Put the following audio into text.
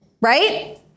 Right